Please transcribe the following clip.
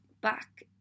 back